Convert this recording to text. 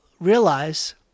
realize